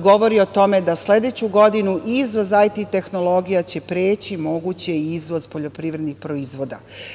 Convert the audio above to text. govori o tome da sledeću godinu izvoz IT tehnologija će preći moguće i izvoz poljoprivrednih proizvoda. Znači,